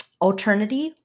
Alternity